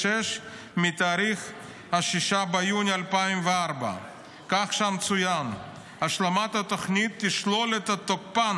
מתאריך 6 ביוני 2004. כך צוין שם: "השלמת התוכנית תשלול את תוקפן